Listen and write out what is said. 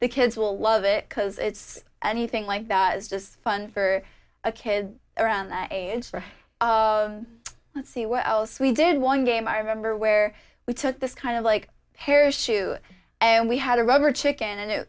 the kids will love it because it's anything like that it's just fun for a kid around that age for let's see what else we did one game i remember where we took this kind of like parachute and we had a rubber chicken and